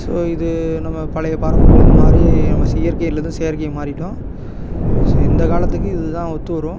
so இது நம்ம பழைய பாரம்பரியம்லந்து மாறி நம்ம இயற்கைலர்ந்து செயற்கை மாறிவிட்டோம் ஸோ இந்த காலத்துக்கு இது தான் ஒத்து வரும்